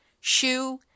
shoe